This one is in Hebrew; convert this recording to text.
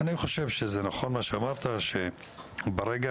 אני חושב שנכון מה שאמרת, שברגע